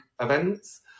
events